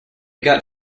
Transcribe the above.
got